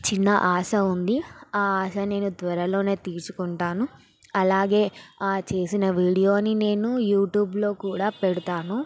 చిన్న ఆశ ఉంది ఆ ఆశ నేను త్వరలోనే తీర్చుకుంటాను అలాగే చేసిన వీడియోని నేను యూట్యూబ్లో కూడా పెడతాను